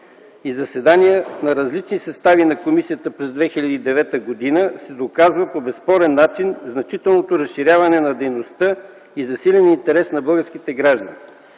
и заседания на различни състави на комисията през 2009 г. се доказват по безспорен начин значителното разширяване на дейността и засиленият интерес на българските граждани.